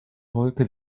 wolke